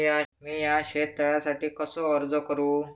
मीया शेत तळ्यासाठी कसो अर्ज करू?